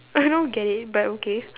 I don't get it but okay